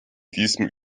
diesem